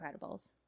Incredibles